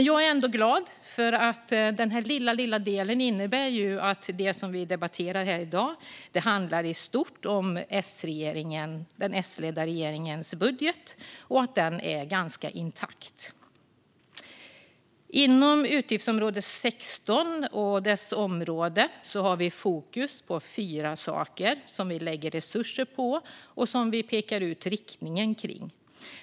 Jag är ändå glad, för den lilla delen innebär ändå att det vi i dag debatterar i stort handlar om den S-ledda regeringens budget, och den är ganska intakt. Inom utgiftsområde 16 ligger fokus på fyra saker som vi lägger resurser på och pekar ut riktningen för.